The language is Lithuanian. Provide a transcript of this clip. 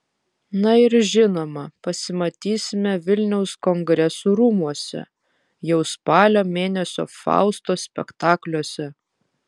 na ir žinoma pasimatysime vilniaus kongresų rūmuose jau spalio mėnesio fausto spektakliuose